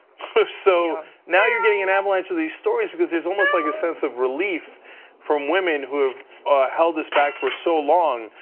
so now you're getting an avalanche of these stories because there is a like sense of relief from woman who held us back for so long.